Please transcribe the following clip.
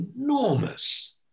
enormous